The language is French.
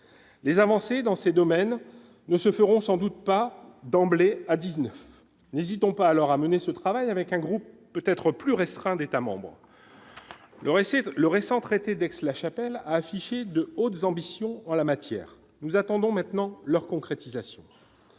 les avancées dans ces domaines ne se feront sans doute pas d'emblée à 19, n'hésitons pas à leur amener ce travail avec un groupe peut-être plus restreint d'États membres le récit de le récent traité d'Aix-la-Chapelle, a affiché de hautes ambitions en la matière, nous attendons maintenant leur concrétisation